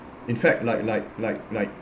in fact like like like like